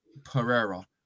Pereira